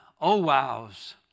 oh-wows